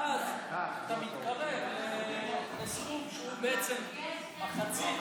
ואז אתה מתקרב לסכום שהוא בעצם מחצית,